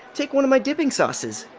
take one of my dipping sauces,